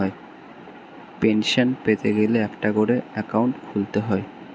pension পেতে গেলে একটা করে অ্যাকাউন্ট খুলতে হয়